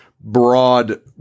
broad